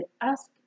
ask